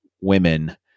women